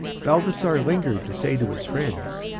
balthasar lingered to say to his friends,